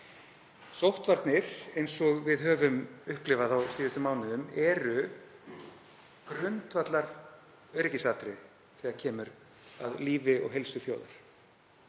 Sóttvarnir eins og við höfum upplifað þær á síðustu mánuðum eru grundvallaröryggisatriði þegar kemur að lífi og heilsu þjóðar.